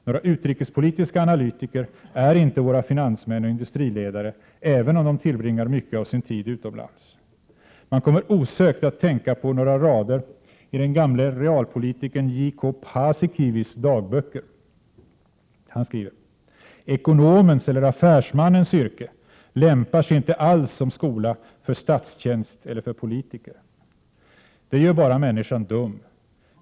Några utrikespolitiska analytiker är inte våra finansmän och industriledare, även om de tillbringar mycket av sin tid utomlands. Man kommer osökt att tänka på några rader i den gamle realpolitikern J K Paasikivis dagböcker: ”Ekonomens eller affärsmannens yrke lämpar sig inte alls som skola för statstjänst eller för politiker. Det gör bara människan dum.